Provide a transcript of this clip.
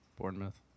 Bournemouth